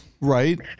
Right